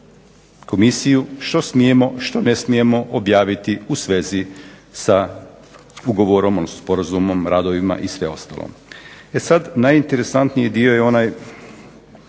komisiju što smijemo, što ne smijemo objaviti u svezi sa ugovorom, sporazumom, radovima i sve ostalo. E sad, najinteresantniji dio je onaj